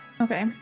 Okay